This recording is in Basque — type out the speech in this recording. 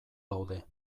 daude